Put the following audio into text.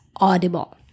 Audible